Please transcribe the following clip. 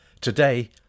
Today